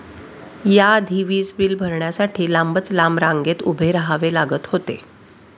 या आधी वीज बिल भरण्यासाठी लांबच लांब रांगेत उभे राहावे लागत होते